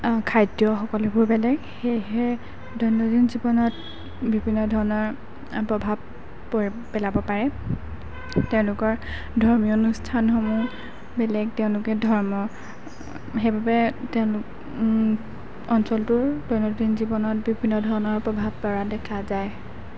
খাদ্য সকলোবোৰ বেলেগ সেয়েহে দৈনন্দিন জীৱনত বিভিন্ন ধৰণৰ প্ৰভাৱ পৰি পেলাব পাৰে তেওঁলোকৰ ধৰ্মীয় অনুষ্ঠানসমূহ বেলেগ তেওঁলোকে ধৰ্ম সেইবাবে তেওঁলোক অঞ্চলটোৰ দৈনন্দিন জীৱনত বিভিন্ন ধৰণৰ প্ৰভাৱ পৰা দেখা যায়